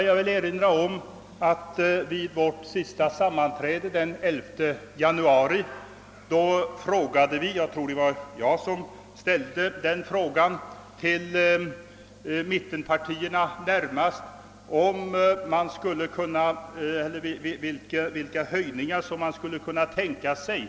Jag vill erinra om att vid vårt sista sammanträde den 11 januari frågade vi — jag tror att det var jag som ställde den frågan, närmast till mittenpartierna — vilka höjningar som man skulle kunna tänka sig.